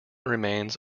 remains